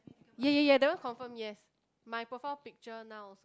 ya ya ya that one confirm yes my profile picture now